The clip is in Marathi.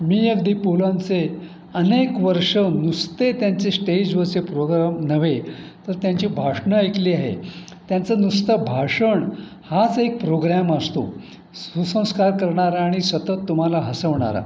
मी अगदी पु लंचे अनेक वर्षं नुसते त्यांचे स्टेजवरचे प्रोग्राम नव्हे तर त्यांची भाषणं ऐकली आहे त्यांचं नुसतं भाषण हाच एक प्रोग्रॅम असतो सुसंस्कार करणारा आणि सतत तुम्हाला हसवणारा